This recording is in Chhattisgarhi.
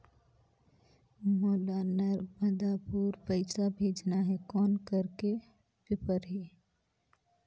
मोला नर्मदापुर पइसा भेजना हैं, कौन करेके परही?